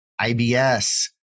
ibs